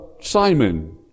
Simon